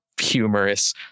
humorous